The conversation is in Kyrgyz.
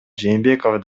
жээнбеков